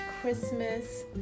Christmas